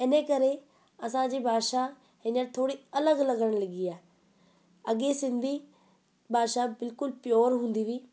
इन ई करे असांजी भाषा हीअंर थोरी अलॻि अलॻि हुअणु लॻी आहे अॻे सिंधी भाषा बिल्कुलु प्योर हूंदी हुई